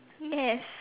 yes